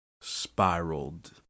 spiraled